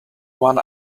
one